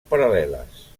paral·leles